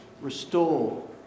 Restore